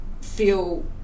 feel